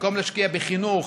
במקום להשקיע בחינוך,